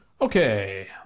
Okay